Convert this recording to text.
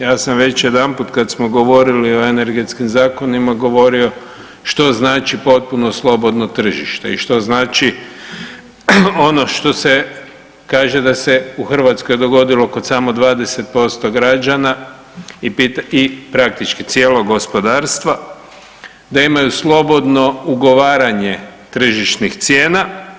Ja sam već jedanput kad smo govorili o energetskim zakonima govorio što znači potpuno slobodno tržište i što znači ono što se kaže da se u Hrvatskoj dogodilo kod samo 20% građana i praktički cijelog gospodarstva, da imaju slobodno ugovaranje tržišnih cijena.